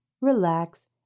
relax